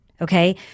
Okay